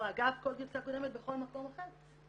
או אגב כל גרסה קודמת בכל מקום אחר,